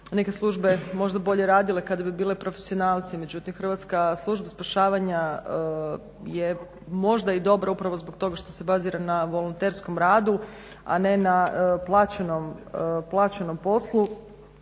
neke službe možda bolje radile kada bi bile profesionalci, međutim Hrvatska služba spašavanja je možda i dobra upravo zbog toga što se bazira na volonterskom radu, a ne na plaćenom poslu